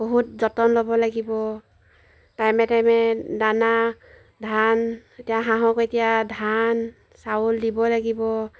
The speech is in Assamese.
বহুত যতন ল'ব লাগিব টাইমে টাইমে দানা ধান এতিয়া হাঁহক এতিয়া ধান চাউল দিব লাগিব